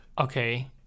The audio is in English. Okay